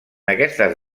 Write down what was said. aquestes